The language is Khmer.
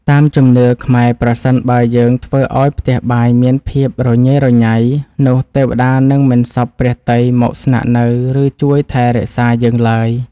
តាមជំនឿខ្មែរប្រសិនបើយើងធ្វើឱ្យផ្ទះបាយមានភាពរញ៉េរញ៉ៃនោះទេវតានឹងមិនសព្វព្រះទ័យមកស្នាក់នៅ ឬជួយថែរក្សាយើងឡើយ។